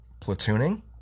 platooning